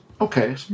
okay